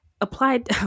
applied